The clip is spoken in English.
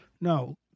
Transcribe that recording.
No